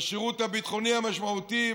בשירות ביטחוני משמעותי,